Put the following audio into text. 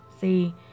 See